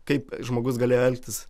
kaip žmogus galėjo elgtis